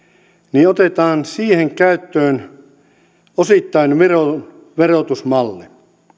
niin otetaan siihen käyttöön osittain viron verotusmalli